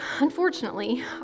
unfortunately